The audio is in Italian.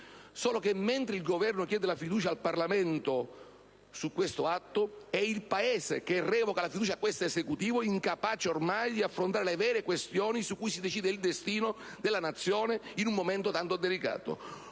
Solo che, mentre il Governo chiede la fiducia al Parlamento su questo atto, è il Paese che revoca la fiducia a questo Esecutivo, incapace ormai di affrontare le vere questioni su cui si decide il destino della Nazione in un momento tanto delicato.